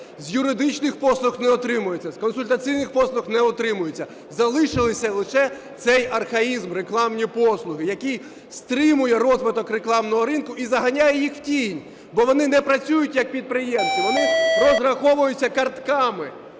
З юридичних послуг не утримується, з консультаційних послуг не утримується, залишився лише цей архаїзм – рекламні послуги, який стримує розвиток рекламного ринку і заганяє їх в тінь. Бо вони не працюють як підприємці, вони розраховуються картками,